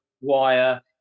Wire